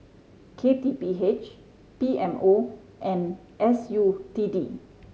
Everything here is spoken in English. K T P H P M O and S U T D